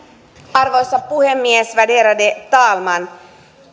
arvoisa puhemies värderade talman